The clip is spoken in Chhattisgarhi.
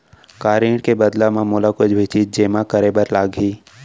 का ऋण के बदला म मोला कुछ चीज जेमा करे बर लागही?